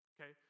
Okay